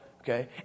Okay